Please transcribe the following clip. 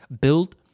build